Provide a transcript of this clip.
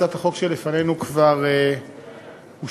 הצעת החוק שלפנינו כבר אושרה